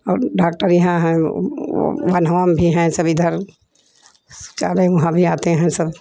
और डाक्टर यहाँ है बनवान भी है सब इधर चलो उहा भी आते है सब